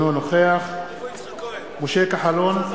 אינו נוכח משה כחלון,